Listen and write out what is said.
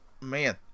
Man